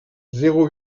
zéro